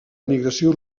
emigració